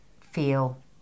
feel